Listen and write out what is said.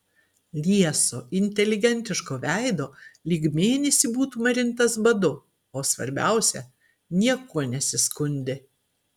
lieso inteligentiško veido lyg mėnesį būtų marintas badu o svarbiausia niekuo nesiskundė